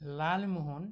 Lalmohan